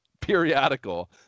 periodical